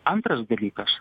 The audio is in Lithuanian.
antras dalykas